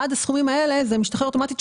עד הסכומים האלה, זה משתחרר אוטומטית.